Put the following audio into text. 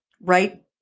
right